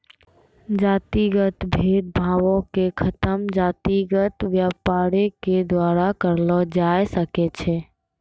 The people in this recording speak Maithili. जातिगत भेद भावो के खतम जातिगत व्यापारे के द्वारा करलो जाय सकै छै